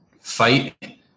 fight